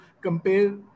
compare